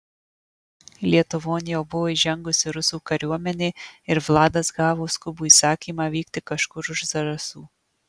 lietuvon jau buvo įžengusi rusų kariuomenė ir vladas gavo skubų įsakymą vykti kažkur už zarasų